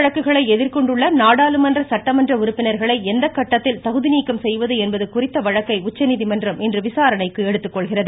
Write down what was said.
வழக்கு விசாரணை குற்ற வழக்குகளை எதிர்கொண்டுள்ள நாடாளுமன்ற சட்டமன்ற உறுப்பினர்களை எந்த கட்டத்தில் தகுதி நீக்கம் செய்வது என்பது குறித்த வழக்கை உச்சநீதிமன்றம் இன்று விசாரணைக்கு எடுத்துக்கொள்கிறது